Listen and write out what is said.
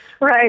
Right